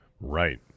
Right